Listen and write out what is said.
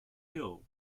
hill